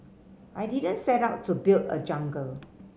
I didn't set out to build a jungle